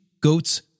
goats